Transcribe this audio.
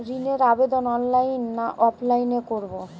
ঋণের আবেদন অনলাইন না অফলাইনে করব?